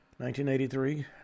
1983